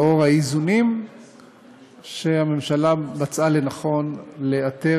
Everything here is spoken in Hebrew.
לאור האיזונים שהממשלה מצאה לנכון לאתר